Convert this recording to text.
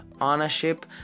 ownership